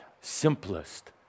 simplest